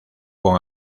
con